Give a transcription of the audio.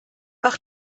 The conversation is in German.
ach